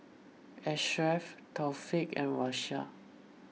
Ashraf Taufik and Raisya